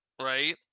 Right